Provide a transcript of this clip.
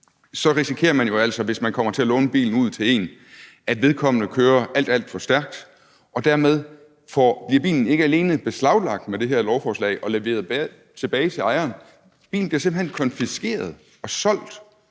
så risikerer man altså, hvis man kommer til at låne bilen ud til en, der kører alt, alt for stærkt, at bilen med det her lovforslag ikke alene bliver beslaglagt og leveret tilbage til ejeren, men bilen bliver simpelt hen konfiskeret og solgt.